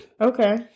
Okay